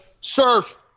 Surf